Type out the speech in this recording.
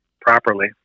properly